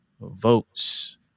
votes